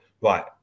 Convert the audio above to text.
right